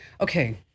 Okay